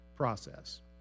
process